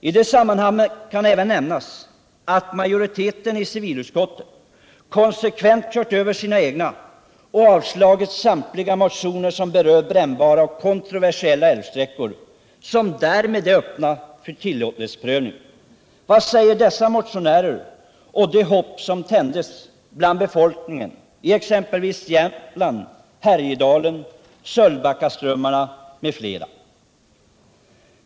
I det sammanhanget kan även nämnas att majoriteten i civilutskottet konsekvent kört över sina egna och avslagit samtliga motioner som berör ”brännbara” och kontroversiella älvsträckor, som därmed är öppna för tillåtlighetsprövning. Vad säger dessa motionärer till det hopp som tändes bland befolkningen i exempelvis Jämtland och Härjedalen/Sölvbackaströmmarna m.fl.?